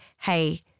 hey